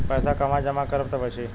पैसा कहवा जमा करब त बची?